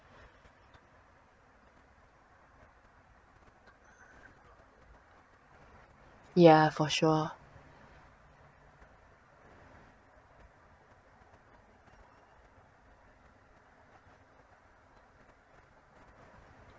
ya for sure